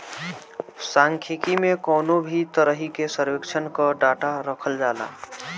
सांख्यिकी में कवनो भी तरही के सर्वेक्षण कअ डाटा रखल जाला